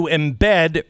embed